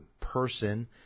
person